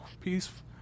peace